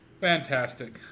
Fantastic